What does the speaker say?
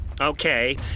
Okay